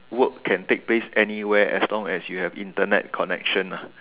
work can take place anywhere as long as you have Internet connection ah